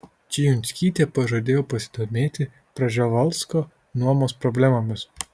čijunskytė pažadėjo pasidomėti prževalsko nuomos problemomis